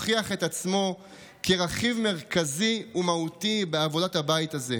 הוכיח את עצמו כרכיב מרכזי ומהותי בעבודת הבית הזה.